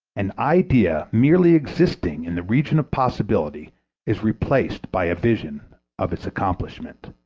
an idea merely existing in the region of possibility is replaced by a vision of its accomplishment.